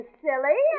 silly